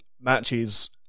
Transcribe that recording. matches